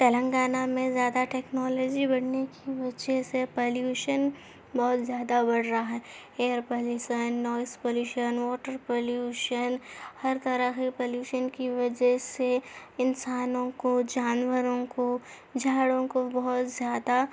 تلنگانہ میں زیادہ ٹکنالوجی بڑھنے کی وجہ سے پولیوشن بہت زیادہ بڑھ رہا ہے air pollution noise pollution water pollution ہر طرح کے پولیوشن کی وجہ سے انسانوں کو جانوروں کو جھاڑوں کو بہت زیادہ